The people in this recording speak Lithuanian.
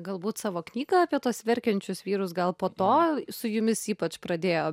galbūt savo knygą apie tuos verkiančius vyrus gal po to su jumis ypač pradėjo